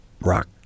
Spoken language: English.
rock